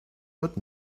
wird